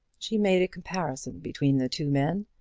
she made a comparison between the two men.